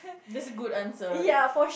that's a good answer